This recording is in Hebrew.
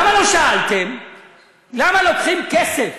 למה לא שאלתם למה לוקחים כסף